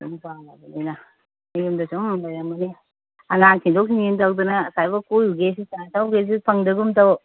ꯌꯨꯝ ꯄꯥꯜꯂꯕꯅꯤꯅ ꯌꯨꯝꯗ ꯁꯨꯝ ꯂꯩꯔꯝꯒꯅꯤ ꯑꯉꯥꯡ ꯊꯤꯟꯗꯣꯛ ꯊꯤꯟꯖꯤꯟ ꯇꯧꯗꯅ ꯑꯁꯥꯏꯕꯥꯎ ꯀꯣꯏꯔꯨꯒꯦ ꯆꯥ ꯊꯛꯎꯒꯦꯁꯨ ꯐꯪꯗꯒꯨꯝ ꯇꯧ